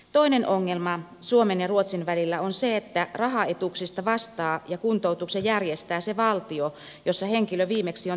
toinen ongelma suomen ja ruotsin välillä on se että rahaetuuksista vastaa ja kuntoutuksen järjestää se valtio jossa henkilö viimeksi on työskennellyt